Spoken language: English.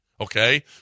okay